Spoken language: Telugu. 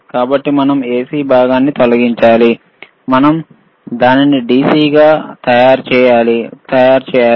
కాబట్టి మనం AC భాగాన్ని తొలగించాలి మరియు మనం దానిని DC గా తయారు చేయాలి